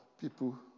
people